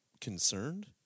concerned